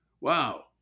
Wow